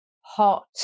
hot